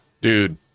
Dude